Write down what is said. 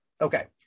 Okay